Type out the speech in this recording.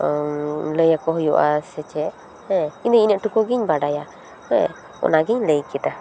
ᱞᱟᱹᱭᱟᱠᱚ ᱦᱩᱭᱩᱜᱼᱟ ᱥᱮ ᱪᱮᱫ ᱦᱮᱸ ᱤᱧ ᱫᱚ ᱤᱱᱟᱹᱜ ᱴᱩᱠᱩ ᱜᱮᱧ ᱵᱟᱲᱟᱭᱟ ᱦᱮᱸ ᱚᱱᱟ ᱜᱮᱧ ᱞᱟᱹᱭᱠᱮᱫᱟ